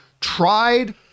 tried